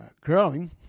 growing